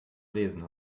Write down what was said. lesen